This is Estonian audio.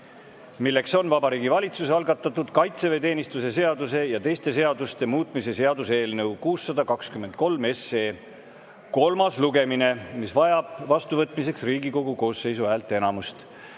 See on Vabariigi Valitsuse algatatud kaitseväeteenistuse seaduse ja teiste seaduste muutmise seaduse eelnõu 623 kolmas lugemine, mis vajab vastuvõtmiseks Riigikogu koosseisu häälteenamust.